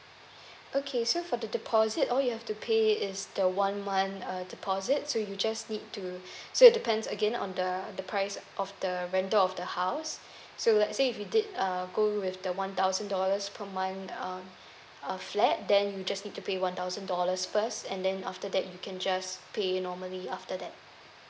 okay so for the deposit all you have to pay is the one month uh deposit so you just need to so it depends again on the the price of the rental of the house so let say if you did uh go with the one thousand dollars per month um uh flat then you just need to pay one thousand dollars first and then after that you can just pay normally after that